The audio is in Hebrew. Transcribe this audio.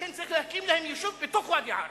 לכן צריך להקים להם יישוב בתוך ואדי-עארה.